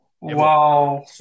Wow